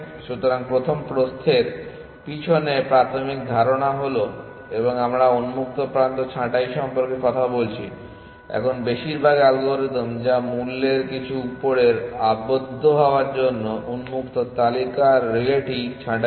সুতরাং প্রথমে প্রস্থের পিছনে প্রাথমিক ধারণা হলো এবং আমরা উন্মুক্ত প্রান্ত ছাঁটাই সম্পর্কে কথা বলছি এখন বেশিরভাগ অ্যালগরিদম যা মূল্যের কিছু উপরের আবদ্ধ হওয়ার জন্য উন্মুক্ত তালিকা রিলেকে ছাঁটাই করে